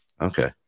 Okay